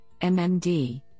MMD